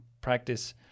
practice